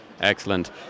Excellent